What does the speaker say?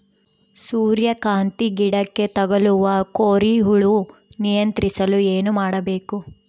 ಸೂರ್ಯಕಾಂತಿ ಗಿಡಕ್ಕೆ ತಗುಲುವ ಕೋರಿ ಹುಳು ನಿಯಂತ್ರಿಸಲು ಏನು ಮಾಡಬೇಕು?